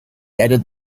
headed